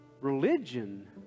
Religion